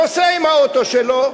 נוסע עם האוטו שלו,